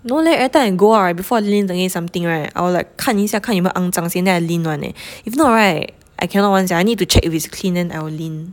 no leh every time I go out ah before I lean against something right I will like 看一下看有没有肮脏先 then I will lean [one] eh if not right I cannot [one] sia I need to check if it's clean then I will lean